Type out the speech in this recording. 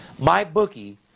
MyBookie